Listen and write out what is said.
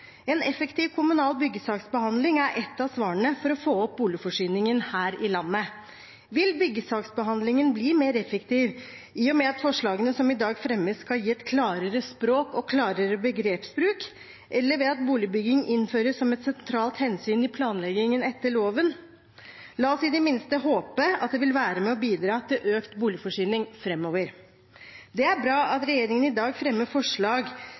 En effektiv kommunal byggesaksbehandling er ett av svarene for å få opp boligforsyningen her i landet. Vil byggesaksbehandlingen bli mer effektiv i og med at forslagene som i dag fremmes, skal gi et klarere språk og en klarere begrepsbruk, eller ved at boligbygging innføres som et sentralt hensyn i planleggingen etter loven? La oss i det minste håpe at dette vil være med og bidra til økt boligforsyning framover. Det er bra at regjeringen i dag fremmer forslag